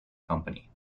company